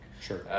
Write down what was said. Sure